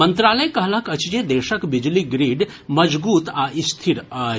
मंत्रालय कहलक अछि जे देशक बिजली ग्रिड मजगूत आ स्थिर अछि